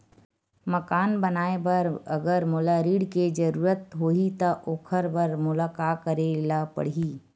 मकान बनाये बर अगर मोला ऋण के जरूरत होही त ओखर बर मोला का करे ल पड़हि?